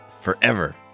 forever